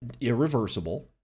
irreversible